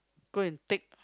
go and take